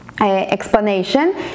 explanation